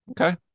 Okay